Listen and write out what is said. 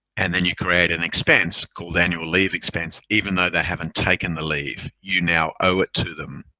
and then you create an expense called annual leave expense even though they haven't taken the leave. you now owe it to them.